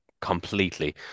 completely